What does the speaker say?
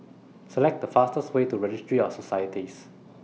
Select The fastest Way to Registry of Societies